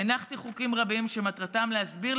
הנחתי חוקים רבים שמטרתם להסביר,